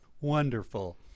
Wonderful